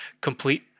complete